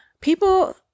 People